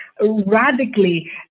radically